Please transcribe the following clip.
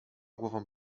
głową